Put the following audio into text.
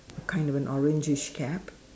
kind of an orangeish cap